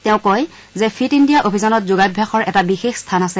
তেওঁ কয় যে ফিট ইণ্ডিয়া অভিযানত যোগাভ্যাসৰ এটা বিশেষ স্থান আছে